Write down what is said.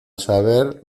saber